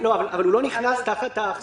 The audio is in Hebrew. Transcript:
אבל הוא לא נכנס תחת האכסניה של 13(א)(3).